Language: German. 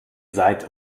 seid